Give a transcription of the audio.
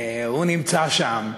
הוא נמצא שם,